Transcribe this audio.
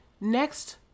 next